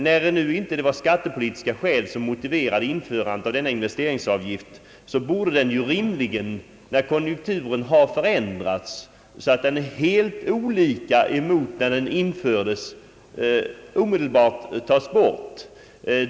När det nu inte var av skattepolitiska skäl som denna investeringsavgift infördes, borde den rimligen — när konjunkturen har förändrats så att konjunkturen är helt olika mot när avgiften infördes — omedelbart tas bort.